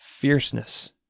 Fierceness